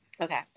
Okay